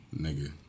nigga